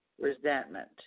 resentment